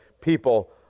people